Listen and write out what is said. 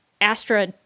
Astra